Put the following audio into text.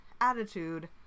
attitude